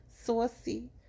Saucy